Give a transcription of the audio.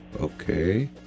okay